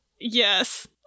Yes